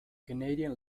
canadian